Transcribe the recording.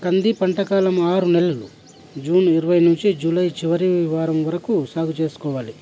కంది పంట కాలం ఆరు నెలలు జూన్ ఇరవై నుంచి జులై చివరి వారం వరకు సాగు చేసుకోవాలి